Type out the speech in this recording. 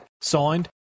Signed